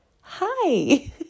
Hi